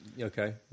Okay